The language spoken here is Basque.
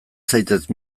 zaitez